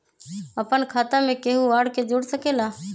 अपन खाता मे केहु आर के जोड़ सके ला?